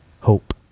hope